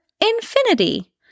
infinity